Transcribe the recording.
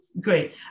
great